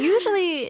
Usually